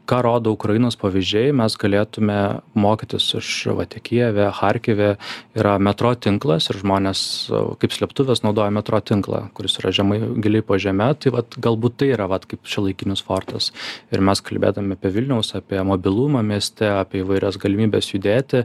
ką rodo ukrainos pavyzdžiai mes galėtume mokytis iš vat i kijeve charkive yra metro tinklas ir žmonės kaip slėptuves naudoja metro tinklą kuris yra žemai giliai po žeme tai vat galbūt tai yra vat kaip šiuolaikinis fortas ir mes kalbėdami apie vilniaus apie mobilumą mieste apie įvairias galimybes judėti